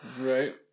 Right